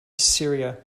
syria